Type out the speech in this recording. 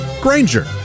Granger